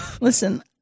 Listen